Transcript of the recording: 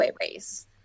race